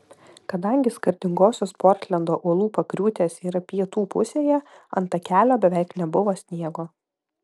kadangi skardingosios portlendo uolų pakriūtės yra pietų pusėje ant takelio beveik nebuvo sniego